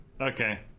Okay